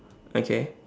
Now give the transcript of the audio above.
okay